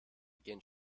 begin